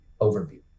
overview